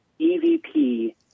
EVP